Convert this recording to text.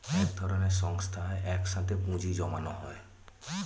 এক ধরনের সংস্থায় এক সাথে পুঁজি জমানো হয়